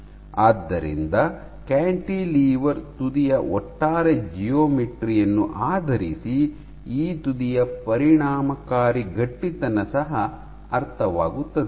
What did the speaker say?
ಆದ್ದರಿಂದ ಕ್ಯಾಂಟಿಲಿವರ್ ತುದಿಯ ಒಟ್ಟಾರೆ ಜಿಯೋಮೆಟ್ರಿ ಯನ್ನು ಆಧರಿಸಿ ಈ ತುದಿಯ ಪರಿಣಾಮಕಾರಿ ಗಟ್ಟಿತನ ಸಹ ಅರ್ಥವಾಗುತ್ತದೆ